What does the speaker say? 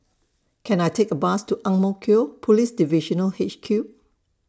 Can I Take A Bus to Ang Mo Kio Police Divisional H Q